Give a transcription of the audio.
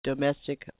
Domestic